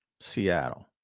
Seattle